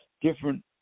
different